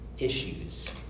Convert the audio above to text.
Issues